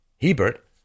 Hebert